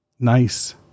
Nice